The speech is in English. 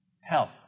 health